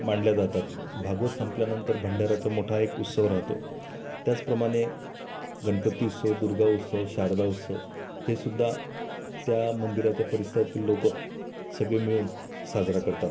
मांडल्या जातात भागवत संपल्यानंतर भंडाऱ्याचा मोठा एक उत्सव राहतो त्याचप्रमाणे गणपती उत्सव दुर्गा उत्सव शारदा उत्सव हेसुद्धा त्या मंदिराच्या परिसरातील लोक सगळे मिळून साजरा करतात